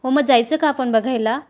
हो मग जायचं का आपण बघायला